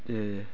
जे